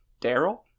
Daryl